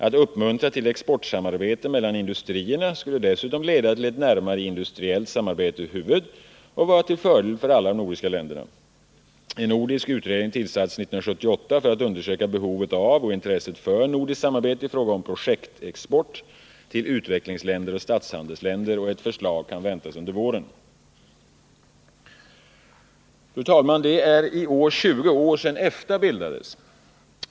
Att uppmuntra till exportsamarbete mellan industrierna skulle dessutom leda till ett närmare industriellt samarbete över huvud och vara till fördel för alla de nordiska länderna. En nordisk utredning tillsattes 1978 för att undersöka behovet av och intresset för nordiskt samarbete i fråga om projektexport till utvecklingsländer och statshandelsländer. Ett förslag kan väntas under våren. Fru talman! Det är i år 20 år sedan EFTA bildades.